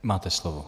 Máte slovo.